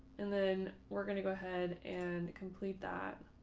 and then we're going to go ahead and complete that.